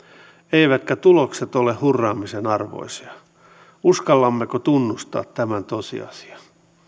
eivätkä tulokset ole hurraamisen arvoisia uskallammeko tunnustaa tämän tosiasian